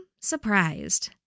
surprised